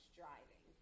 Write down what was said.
driving